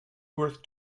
worth